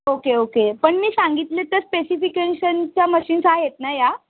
okay okay पण मी सांगितले ते स्पेसिफिकेशनच्या मशिन्स आहेत ना या